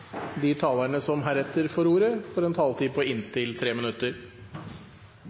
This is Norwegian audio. De talere som heretter får ordet, har en taletid på inntil 3 minutter.